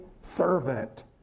servant